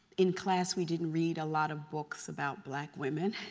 in class, we didn't read a lot of books about black women.